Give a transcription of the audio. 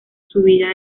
subida